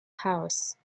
house